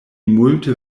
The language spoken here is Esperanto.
multe